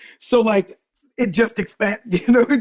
so like it just expand, you know,